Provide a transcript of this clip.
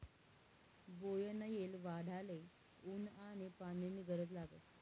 बोगनयेल वाढाले ऊन आनी पानी नी गरज लागस